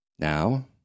Now